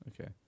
Okay